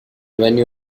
venue